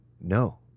no